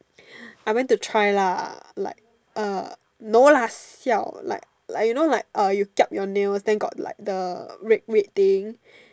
I went to try lah like uh no lah siao like like you know like uh you kiap your nails then got like the red red thing